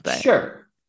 Sure